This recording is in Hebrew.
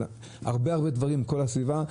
על הרבה מאוד דברים בכל הסביבה.